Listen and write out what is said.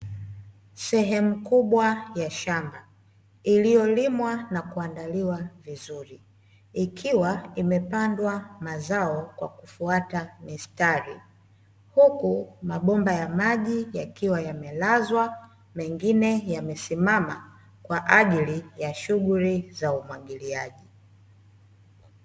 Sehemu kubwa ya shamba iliyolimwa na kuandaliwa vizuri ikiwa imepandwa mazao kwa kufuata mistari huku mabomba ya maji yakiwa yamelazwa mengine yamesimama kwa ajili ya shughuli za umwagiliaji.